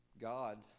God